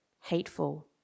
hateful